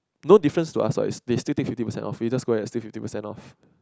no difference lah so is they still take fifty percent of it just going to take fifty percent lor